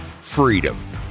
freedom